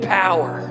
power